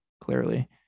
clearly